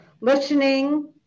listening